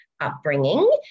upbringing